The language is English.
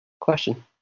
question